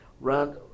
run